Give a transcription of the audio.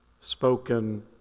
spoken